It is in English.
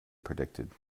predicted